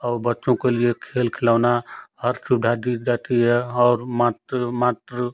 और बच्चों के लिए खेल खिलौना हर सुविधा दी जाती है और मत मातृ